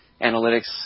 analytics